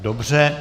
Dobře.